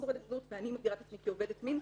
שורדת זנות ואני מגדירה את עצמי כעובדת מין,